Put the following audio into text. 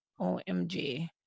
OMG